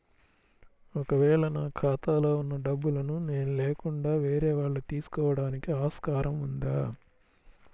ఒక వేళ నా ఖాతాలో వున్న డబ్బులను నేను లేకుండా వేరే వాళ్ళు తీసుకోవడానికి ఆస్కారం ఉందా?